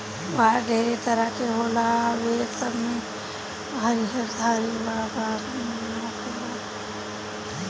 बांस ढेरे तरह के होला आ ए सब में हरियर धारी वाला बांस निमन होखेला